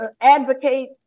advocate